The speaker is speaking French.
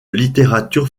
littérature